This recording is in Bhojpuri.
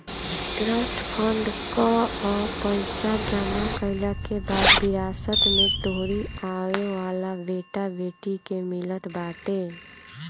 ट्रस्ट फंड कअ पईसा जमा कईला के बाद विरासत में तोहरी आवेवाला बेटा बेटी के मिलत बाटे